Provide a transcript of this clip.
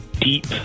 deep